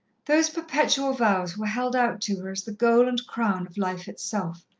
those perpetual vows were held out to her as the goal and crown of life itself,